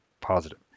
positive